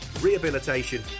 rehabilitation